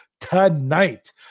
tonight